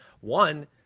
One